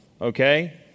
Okay